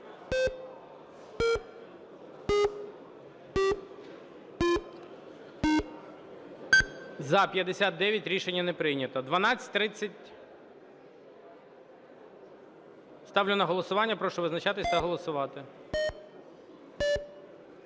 За-59 Рішення не прийнято. 1230. Ставлю на голосування, прошу визначатись та голосувати.